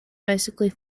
basically